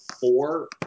four